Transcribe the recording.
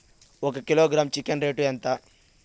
ఒక kilogram chicken rate ఎంత?